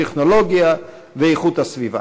טכנולוגיה ואיכות הסביבה.